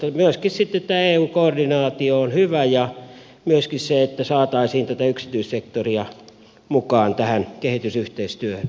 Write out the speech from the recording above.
myöskin sitten tämä eu koordinaatio on hyvä ja myöskin se että saataisiin tätä yksityissektoria mukaan tähän kehitysyhteistyöhön